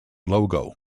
logo